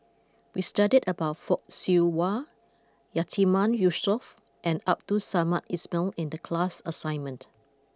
we studied about Fock Siew Wah Yatiman Yusof and Abdul Samad Ismail in the class assignment